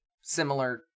similar